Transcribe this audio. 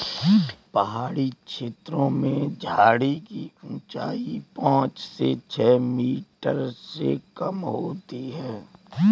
पहाड़ी छेत्रों में झाड़ी की ऊंचाई पांच से छ मीटर से कम होती है